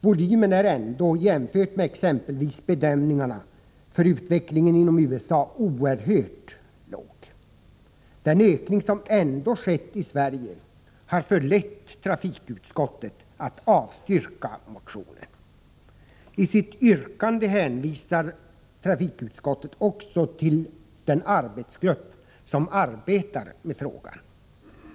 Volymen är ändå, jämfört med exempelvis bedömningarna för utvecklingen i USA, oerhört låg. Den ökning som nu skett i Sverige har förlett trafikutskottet att avstyrka motionen. I sitt yttrande hänvisar trafikutskottet också till den arbetsgrupp som bereder frågan.